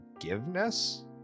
forgiveness